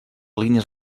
línies